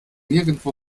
nirgendwo